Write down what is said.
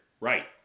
right